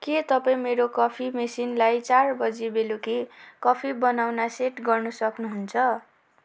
के तपाईँ मेरो कफी मेसिनलाई चार बजी बेलुकी कफी बनाउन सेट गर्न सक्नुहुन्छ